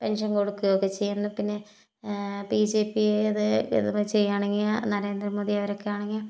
pension കൊടുക്കുകയൊക്കെ ചെയ്യുന്നു പിന്നേ B J P ഏതു ഇതുമേ ചെയ്യുകയാണെങ്കിൽ നരേന്ദ്രമോദി അവരൊക്കെ ആണെങ്കിൽ